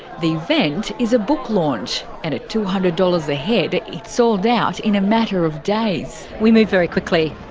the event is a book launch, and at two hundred dollars ah head, it sold out in a matter of days. we move very quickly.